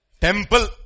Temple